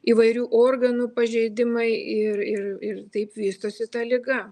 įvairių organų pažeidimai ir ir ir taip vystosi ta liga